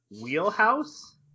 wheelhouse